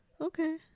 Okay